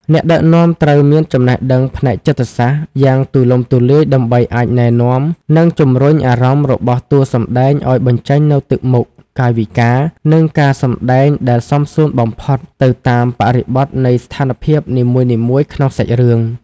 អ្នកដឹកនាំត្រូវមានចំណេះដឹងផ្នែកចិត្តសាស្ត្រយ៉ាងទូលំទូលាយដើម្បីអាចណែនាំ និងជម្រុញអារម្មណ៍របស់តួសម្ដែងឱ្យបញ្ចេញនូវទឹកមុខ កាយវិការ និងការសម្ដែងដែលសមសួនបំផុតទៅតាមបរិបទនៃស្ថានភាពនីមួយៗក្នុងសាច់រឿង។